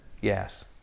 yes